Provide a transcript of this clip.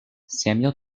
samuel